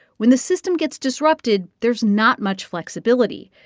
when the system gets disrupted, there's not much flexibility.